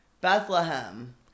Bethlehem